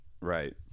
right